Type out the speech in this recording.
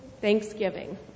Thanksgiving